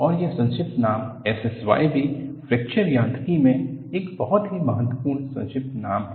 और यह संक्षिप्त नाम SSY भी फ्रैक्चर यांत्रिकी में एक बहुत ही महत्वपूर्ण संक्षिप्त नाम है